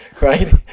right